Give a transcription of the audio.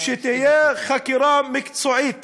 שתהיה חקירה מקצועית